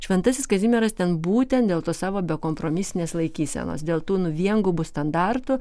šventasis kazimieras ten būtent dėl to savo bekompromisinės laikysenos dėl tų nu viengubų standartų